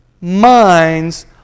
minds